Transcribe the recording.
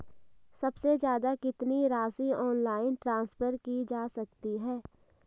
सबसे ज़्यादा कितनी राशि ऑनलाइन ट्रांसफर की जा सकती है?